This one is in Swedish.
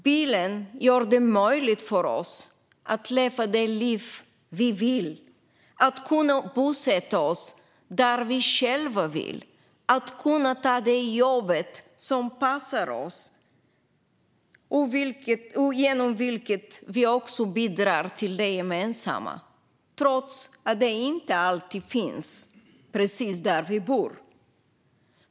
Bilen gör det möjligt för oss att leva det liv vi vill, att bosätta oss där vi själva vill, att ta de jobb som passar oss - genom vilket vi också bidrar till det gemensamma, trots att jobben inte alltid finns precis där vi bor.